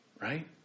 Right